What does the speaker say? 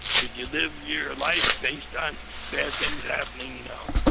should you live your life based on bad things happening? no.